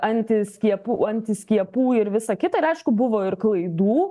antiskiepų antiskiepų ir visa kita ir aišku buvo ir klaidų